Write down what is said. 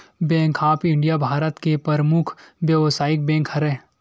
bank of India Bharat के परमुख बेवसायिक बेंक हरय